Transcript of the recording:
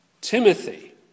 Timothy